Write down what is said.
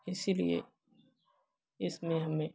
इसीलिए इसमें हमें